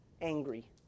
angry